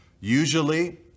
Usually